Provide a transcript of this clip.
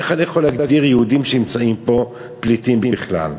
איך אני יכול להגדיר יהודים שנמצאים פה פליטים בכלל?